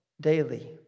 daily